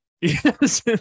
Yes